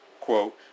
quote